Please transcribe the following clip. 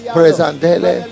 Presentele